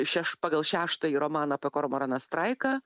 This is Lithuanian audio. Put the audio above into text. šeš pagal šeštąjį romaną apie kormoraną straiką